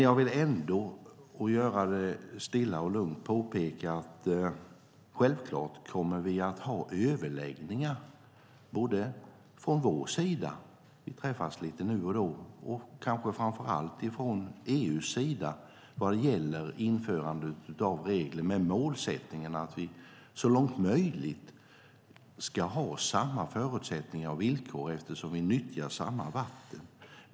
Jag vill ändå, stilla och lugnt, påpeka att vi självklart kommer att ha överläggningar både på vår sida - vi träffas lite nu och då - och kanske framför allt inom EU vad gäller införandet av regler med målsättningen att vi, så långt det är möjligt, ska ha samma förutsättningar och villkor eftersom vi nyttjar samma vatten.